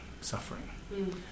suffering